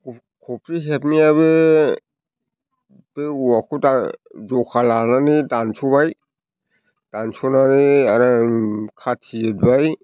खफ्रि हेबननाया बे औवाखौ दा जखा लानानै दानस'बाय दानस'नानै आराम खाथि जिरबाय